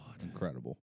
Incredible